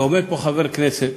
ועומד פה חבר כנסת